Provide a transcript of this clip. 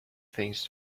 things